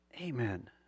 Amen